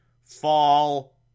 fall